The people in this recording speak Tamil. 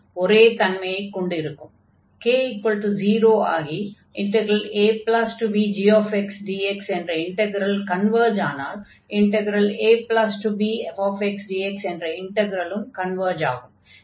k0ஆகி abgxdx என்ற இன்டக்ரல் கன்வர்ஜ் ஆனால் abfxdx என்ற இன்டக்ரலும் கன்வர்ஜ் ஆகும்